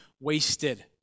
wasted